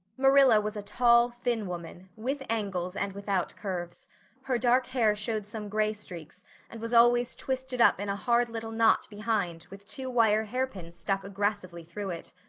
marilla was a tall, thin woman, with angles and without curves her dark hair showed some gray streaks and was always twisted up in a hard little knot behind with two wire hairpins stuck aggressively through it.